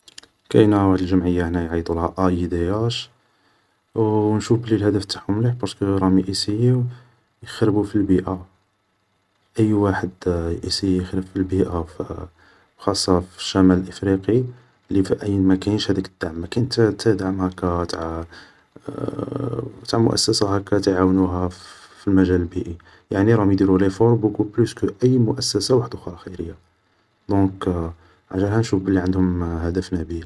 كاينة واحد الجمعية هنايا يعيطولها اايدياش, و نشوف بلي الهدف تاعهم مليح بارسكو راهم ياسييوو يخربو في البيئة, أي واحد ياسييي يخرب في البيئة, في خاصة في الشمال الافريقي لي فاين مكانش هداك الدعم, مكان حتى دعم هاكا تاع تاع مؤسسة هاكا يعاونوها في المجال البيئي, يعني راهم يديرو ليفور كتر من اي مؤسسة خيرية, دونك على جالها نشوف بلي عندهم هدف نبيل